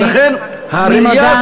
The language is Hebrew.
אני מודה,